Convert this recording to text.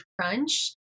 crunch